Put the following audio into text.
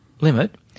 limit